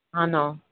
ആന്നോ